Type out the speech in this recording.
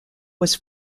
was